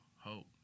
hope